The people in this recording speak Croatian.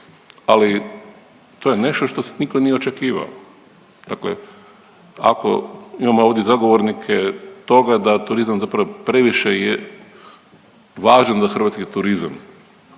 ali to je nešto što nitko nije očekivao, dakle ako imamo ovdje zagovornike toga da turizam zapravo previše je važan za hrvatski turizam,